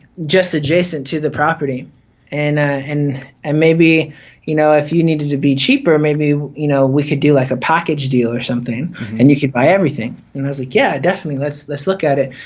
just adjacent to the property and and and maybe you know if you need to be cheaper maybe you know we could do like a package deal or something and you could buy everything and i was like yeah definitely, let's let's look at it.